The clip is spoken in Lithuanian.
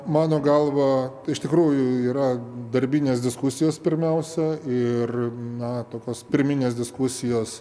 mano galva iš tikrųjų yra darbinės diskusijos pirmiausia ir na tokios pirminės diskusijos